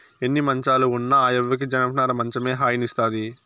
ఎన్ని మంచాలు ఉన్న ఆ యవ్వకి జనపనార మంచమే హాయినిస్తాది